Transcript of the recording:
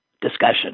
discussion